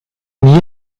nie